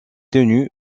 tenues